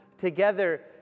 Together